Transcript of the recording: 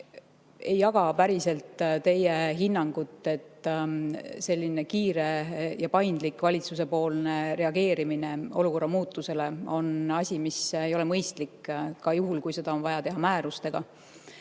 ei jaga päriselt teie hinnangut, et valitsuse selline kiire ja paindlik reageerimine olukorra muutusele on asi, mis ei ole mõistlik, ka juhul, kui seda on vaja teha määrustega.